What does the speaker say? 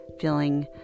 feeling